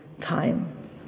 time